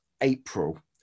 April